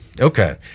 Okay